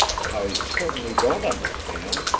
i certainly don't understand,